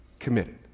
Committed